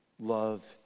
love